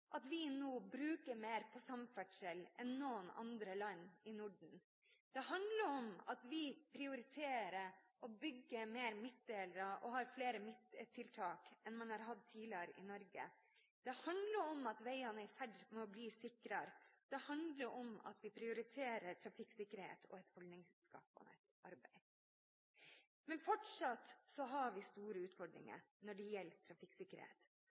at vi nå bruker mer på samferdsel enn noe annet land i Norden. Det handler om at vi prioriterer å bygge flere midtdelere og har flere midtdelertiltak enn man har hatt i Norge tidligere. Det handler om at veiene er i ferd med å bli sikrere, det handler om at vi prioriterer trafikksikkerhet og holdningsskapende arbeid. Men fortsatt har vi store utfordringer når det gjelder trafikksikkerhet.